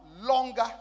longer